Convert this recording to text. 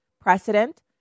precedent